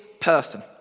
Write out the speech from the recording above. person